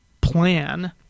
plan